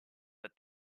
but